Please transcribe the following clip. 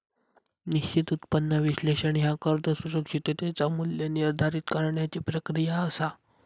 निश्चित उत्पन्न विश्लेषण ह्या कर्ज सुरक्षिततेचा मू्ल्य निर्धारित करण्याची प्रक्रिया असा